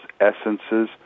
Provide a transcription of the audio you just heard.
essences